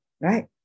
right